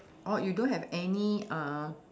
oh you don't have any uh